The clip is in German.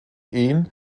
ehen